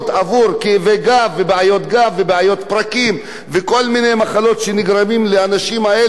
בעיות פרקים וכל מיני מחלות שנגרמות לאנשים האלה מהעבודה הזאת?